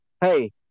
hey